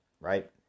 Right